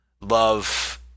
love